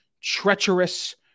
treacherous